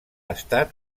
estat